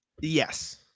Yes